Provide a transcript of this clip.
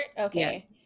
okay